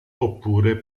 oppure